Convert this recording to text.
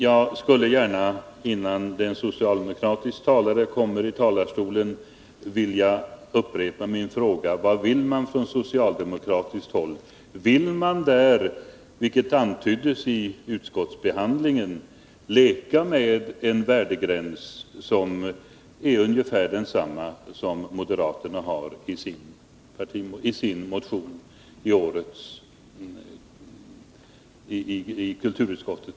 Jag skulle gärna, innan en socialdemokratisk talare kommer uppi talarstolen, vilja upprepa min fråga: Vad vill man från socialdemokratiskt håll? Vill man där, vilket antyddes i utskottsbehandlingen, leka med en värdegräns som är ungefär densamma som moderaterna har i sin motion i år, som nu behandlats i kulturutskottet.